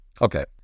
Okay